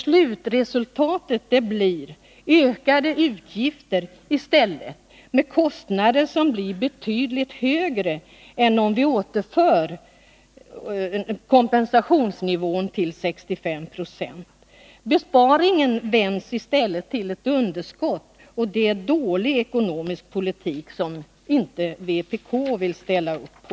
Slutresultatet blir ökade utgifter. Kostnaderna blir på det sättet betydligt högre än om vi återför kompensationsnivån till 65 70. Besparingen vänds i ett underskott, och det är dålig ekonomisk politik, som vpk inte vill ställa upp på.